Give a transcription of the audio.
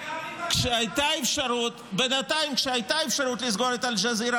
כשהייתה אפשרות לסגור את אל-ג'זירה,